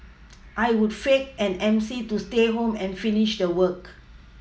I would fake an M C to stay home and finish the work